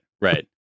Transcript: right